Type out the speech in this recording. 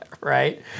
Right